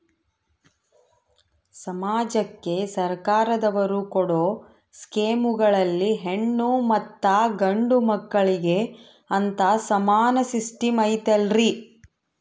ಸಮಾಜಕ್ಕೆ ಸರ್ಕಾರದವರು ಕೊಡೊ ಸ್ಕೇಮುಗಳಲ್ಲಿ ಹೆಣ್ಣು ಮತ್ತಾ ಗಂಡು ಮಕ್ಕಳಿಗೆ ಅಂತಾ ಸಮಾನ ಸಿಸ್ಟಮ್ ಐತಲ್ರಿ?